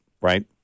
right